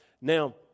Now